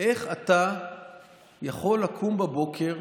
איך אתה יכול לקום בבוקר,